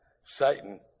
Satan